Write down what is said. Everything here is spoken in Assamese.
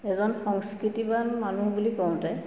এজন সংস্কৃতিবান মানুহ বুলি কওঁতে